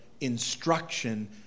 instruction